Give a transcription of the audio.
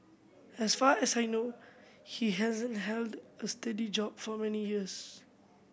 as far as I know he hasn't held a steady job for many years